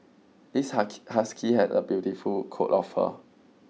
this husky has a beautiful coat of fur